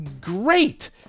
great